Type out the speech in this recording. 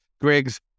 Griggs